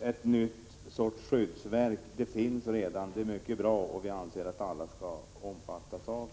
en ny sorts skyddsverk; det finns redan ett mycket bra skydd som alla skall omfattas av.